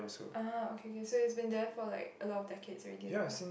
ah okay okay so it's been there for like a lot of decades already lah